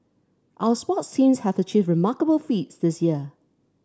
our sports teams have achieved remarkable feats this year